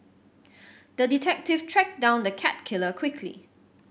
the detective tracked down the cat killer quickly